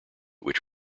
which